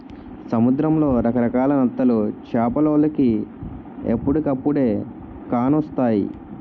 సముద్రంలో రకరకాల నత్తలు చేపలోలికి ఎప్పుడుకప్పుడే కానొస్తాయి